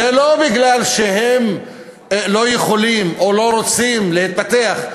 זה לא מפני שהם לא יכולים או לא רוצים להתפתח,